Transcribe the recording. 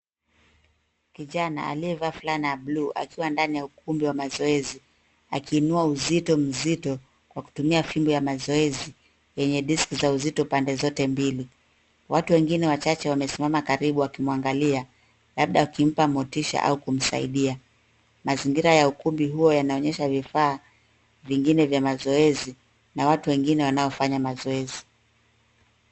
Kijana aliye vaa fulana ya blue akiwa ndani ya ukumbi wa mazoezi akiinua uzito mzito kwa kutumia fimbo ya mazoezi yenye deski za uzito pande zote mbili .Watu wengine wachache wamesimama karibu wakimwangalia labda kumpa motisha au kumsaidia. Mazingira ya ukumbi huo yanaonyesha vifaa vingine vya mazoezi na watu wengine wanaofanya mazoezi.